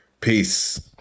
Peace